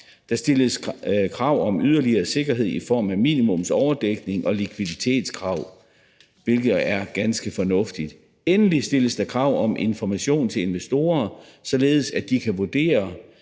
Der stilles krav om yderligere sikkerhed i form af minimumsoverdækning og likviditetskrav, hvilket er ganske fornuftigt. Endelig stilles der krav om information til investorer, således at de kan vurdere